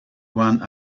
one